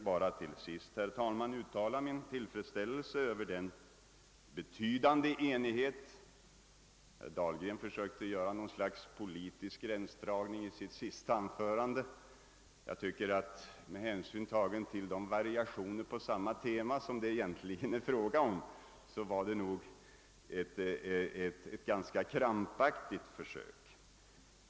Herr Dahlgren försökte i sitt anförande göra något slags politisk gränsdragning. Med hänsyn tagen till att det egentligen var fråga om variationer på samma tema tycker jag dock att försöket var ganska krampaktigt.